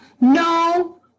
No